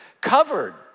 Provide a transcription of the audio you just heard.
covered